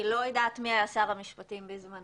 אני לא יודעת מי היה שר המשפטים בזמנו,